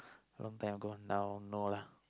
a long time ago now no lah